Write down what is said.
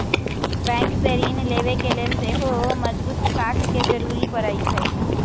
bank से ऋण लेबे के लेल सेहो मजगुत साख के जरूरी परै छइ